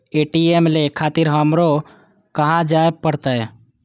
ATM ले खातिर हमरो कहाँ जाए परतें?